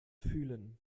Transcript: fühlen